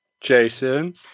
Jason